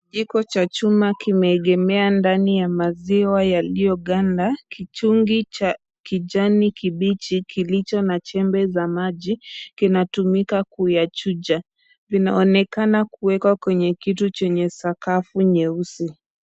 Kijiko cha chuma kimeegemea ndani ya maziwa yaliyoganda. Kichungi cha kijani kibichi kilicho na chembe za maji kinatumika kuyachuja. Inaonekana kuwekwa kwenye kitu chenye sakafu nyeusi.